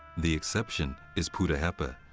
the exception is puddaheppa,